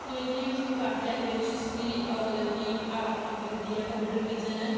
ਜਿਵੇਂ ਕਿ ਉਸਨੂੰ ਕਾਫੀ ਲੈਂਗੁਏਜਸ ਵੀ ਅ ਮਤਲਬ ਕਿ ਆ ਆਉਂਦੀ ਹੁੰਦੀ ਆ ਕੰਪਿਊਟਰ ਵਿਜ਼ਨ ਹੈ